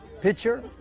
pitcher